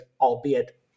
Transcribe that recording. albeit